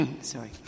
Sorry